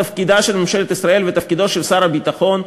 תפקידה של ממשלת ישראל ותפקידו של שר הביטחון,